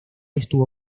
estuvo